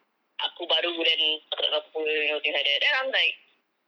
aku baru then aku tak tahu apa-apa you know things like that then I'm like